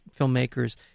filmmakers